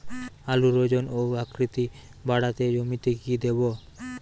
আলুর ওজন ও আকৃতি বাড়াতে জমিতে কি দেবো?